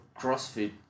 CrossFit